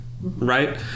right